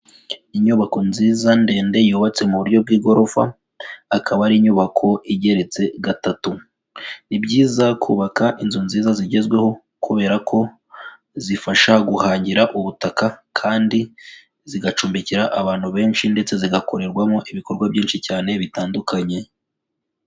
inyubako nziza ndende yubatse mu buryo bw'igorofa, akaba ari inyubako igeretse gatatu. Ni byiza kubaka inzu nziza zigezweho, kubera ko zifasha guhangira ubutaka, kandi zigacumbikira abantu benshi ndetse zigakorerwamo ibikorwa byinshi cyane bitandukanye.